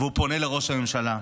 והוא פונה לראש הממשלה,